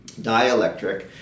dielectric